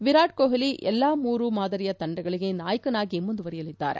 ವಿರಾಟ್ ಕೊಟ್ಲಿ ಎಲ್ಲಾ ಮೂರೂ ಮಾದರಿಯ ತಂಡಗಳಿಗೆ ನಾಯಕನಾಗಿ ಮುಂದುವರೆಯಲಿದ್ದಾರೆ